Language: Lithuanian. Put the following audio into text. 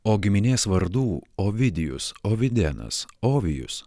o giminės vardų ovidijus ovidenas ovijus